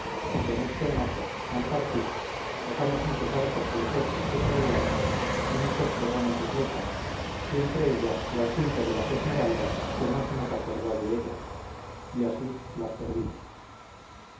y con este enojo al partir dejamos muchos arcos turquescos que traíamos y muchos zurrones y flechas y entre ellas las cinco de las esmeraldas que no se nos acordó de ellas y así las perdimos